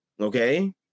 okay